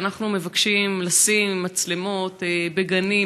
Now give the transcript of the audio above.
שאנחנו מבקשים לשים מצלמות בגנים,